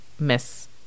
miss